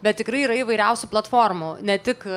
bet tikrai yra įvairiausių platformų ne tik